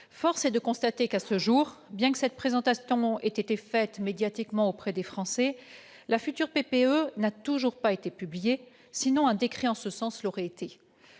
Force est de constater qu'à ce jour, bien que cette présentation ait été faite auprès des Français les médias, la future PPE n'a toujours pas été dévoilée ; sinon, un décret en ce sens aurait été